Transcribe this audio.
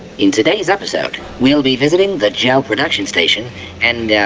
in today's episode, we'll be visiting the gel production station and.